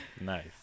nice